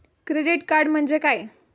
Credit card म्हणजे काय?